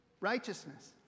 righteousness